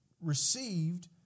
received